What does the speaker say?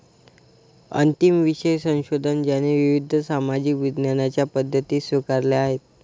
अंतिम विषय संशोधन ज्याने विविध सामाजिक विज्ञानांच्या पद्धती स्वीकारल्या आहेत